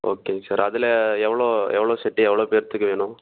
okay sir அதில் எவ்வளோ எவ்வளோ செட்டு எவ்வளோ பேர்த்துக்கு வேணும்